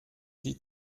sie